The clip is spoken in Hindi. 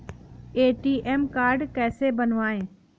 ए.टी.एम कार्ड कैसे बनवाएँ?